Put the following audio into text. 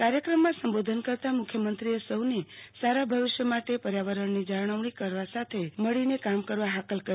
કાર્યક્રમમાં સંબોધન કરતા મુખ્યમંત્રીએ સૌને સારા ભવિષ્ય માટે પર્યાવરણની જાળવણી કરવા સાથે મળીને કામ કરવા હાંકલ કરી